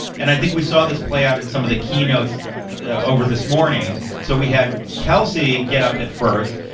and i think we saw this play out in some of the keynotes over this morning. so we had kelsey get up at first,